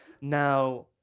Now